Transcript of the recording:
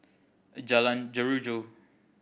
Jalan Jeruju